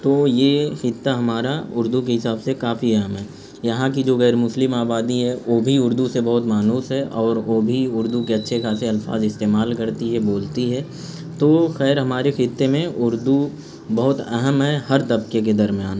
تو یہ خطہ ہمارا اردو کے حساب سے کافی اہم ہے یہاں کی جو غیر مسلم آبادی ہے وہ بھی اردو سے بہت مانوس ہے اور وہ بھی اردو کے اچھے خاصے الفاظ استعمال کرتی ہے بولتی ہے تو خیر ہمارے خطے میں اردو بہت اہم ہے ہر طبقے کے درمیان